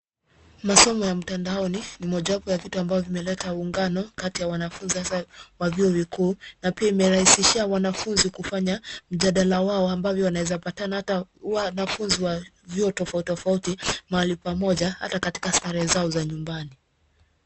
Masomo ya mtandaoni ni mojawapo ya vitu vimeleta uungano kati ya wanafunzi hasa wa vyuo vikuu na pia imerahisishia wanafunzi kufanya mjadala wao ambavyo wanaeza patana hata wanafunzi wa vyuo tofauti tofauti mahali pamoja hata katika starehe zao za nyumbani